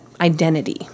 identity